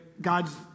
God's